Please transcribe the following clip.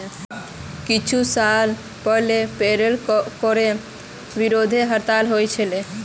कुछू साल पहले पेरोल करे विरोधत हड़ताल हल छिले